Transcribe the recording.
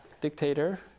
dictator